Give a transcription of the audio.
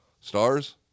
Stars